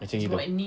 macam gitu